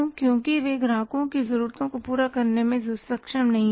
क्योंकि वे ग्राहकों की ज़रूरतों को पूरा करने में सक्षम नहीं थे